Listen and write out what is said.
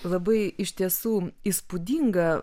labai iš tiesų įspūdinga